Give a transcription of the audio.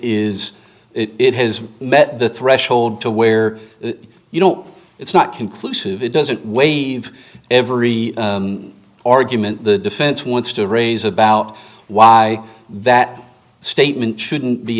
s it has met the threshold to where you know it's not conclusive it doesn't wave every argument the defense wants to raise about why that statement shouldn't be